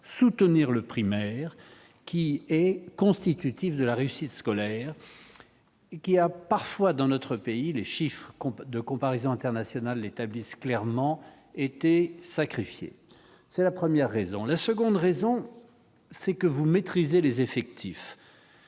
soutenir le primaire qui est constitutif de la réussite scolaire qui a parfois dans notre pays les chiffrent qu'on de comparaisons internationales établissent clairement été sacrifiés, c'est la première raison, la seconde raison, c'est que vous maîtrisez les effectifs.